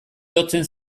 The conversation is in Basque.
lotzen